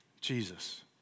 Jesus